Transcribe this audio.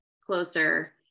closer